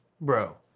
bro